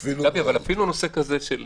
גבי, אבל אפילו נושא כמו